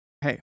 hey